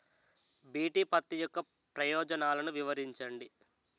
BT పత్తి యొక్క ప్రయోజనాలను వివరించండి?